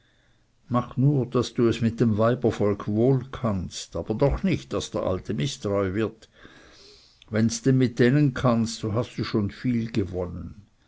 mach nur daß du es mit dem weibervolk wohl kannst aber doch nicht daß der alte mißtreu wird wennds mit denen kannst so hast du schon viel gewonnen